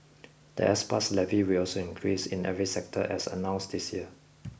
the S Pass Levy will also increase in every sector as announced this year